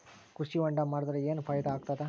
ಕೃಷಿ ಹೊಂಡಾ ಮಾಡದರ ಏನ್ ಫಾಯಿದಾ ಆಗತದ?